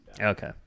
okay